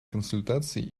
консультации